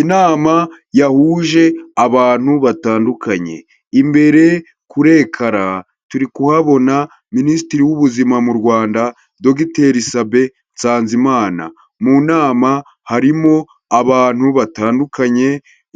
Inama yahuje abantu batandukanye. Imbere kuri écran turikuhabona Minisitiri w'ubuzima mu Rwanda Docteur sabin Nsanzimana. Mu nama harimo abantu batandukanye,